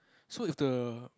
so if the